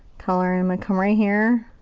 color, and i'm gonna come right here.